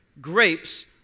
grapes